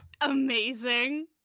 Amazing